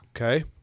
Okay